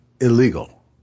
illegal